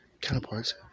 counterparts